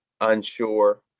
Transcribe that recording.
unsure